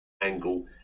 angle